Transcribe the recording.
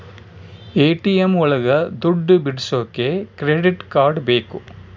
ATM ಒಳಗ ದುಡ್ಡು ಬಿಡಿಸೋಕೆ ಕ್ರೆಡಿಟ್ ಕಾರ್ಡ್ ಬೇಕು